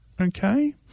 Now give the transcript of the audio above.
Okay